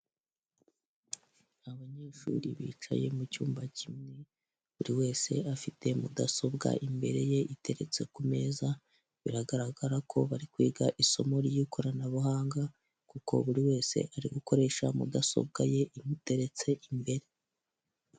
Abanyeshuru bicaye mucyumba kimwe, buri wese afite mudasobwa imbere ye iteretse ku meza ,biragaragara ko bari kwiga isomo ry' ikoranabuhanga kuko buri wese ari gukoresha mudasobwa ye imuteretse imbere.